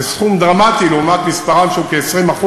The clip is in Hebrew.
זה סכום דרמטי לעומת שיעורם באוכלוסייה שהוא כ-20%,